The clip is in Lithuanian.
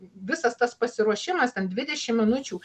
visas tas pasiruošimas ten dvidešim minučių